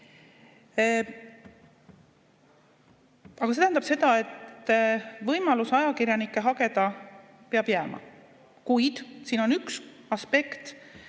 Aga see tähendab, et võimalus ajakirjanikke hageda peab jääma. Kuid siin on üks aspekt,